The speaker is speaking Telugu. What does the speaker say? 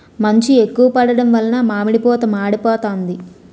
మంచు ఎక్కువ పడడం వలన మామిడి పూత మాడిపోతాంది